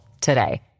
today